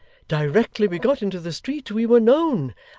directly we got into the street we were known,